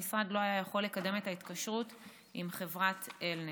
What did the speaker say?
המשרד לא יכול היה לקדם את ההתקשרות עם חברת אלנט.